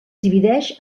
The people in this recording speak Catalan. divideix